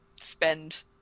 spend